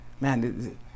man